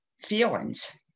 feelings